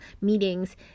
meetings